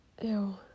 Ew